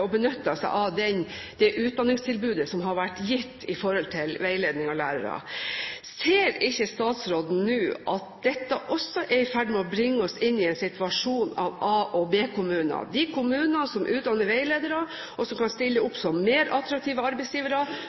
og benyttet seg av det utdanningstilbudet som har vært gitt for veiledning av lærere. Ser ikke statsråden også at dette nå er i ferd med å bringe oss inn i en situasjon av A- og B-kommuner – de kommunene som utdanner veiledere, som kan stille opp som mer attraktive arbeidsgivere